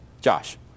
Josh